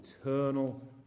eternal